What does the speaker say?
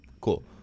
Cool